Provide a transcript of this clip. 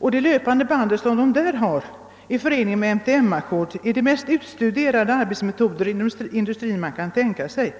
Där har de löpande band i förening med MTM-ackord, och det är de mest utstuderade arbetsmetoder inom industrin man kan tänka sig.